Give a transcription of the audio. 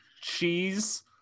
cheese